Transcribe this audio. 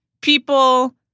people